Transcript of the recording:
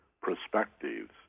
perspectives